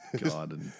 God